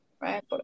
Right